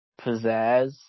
pizzazz